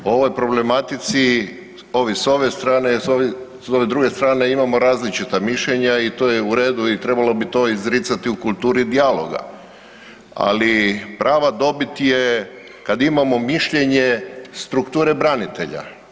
O ovoj problematici ovi s ove strane, s ove druge strane imamo različita mišljenja i to je u redu i trebalo bi to izricati u kulturi dijaloga, ali prava dobit je kad imamo mišljenje strukture branitelja.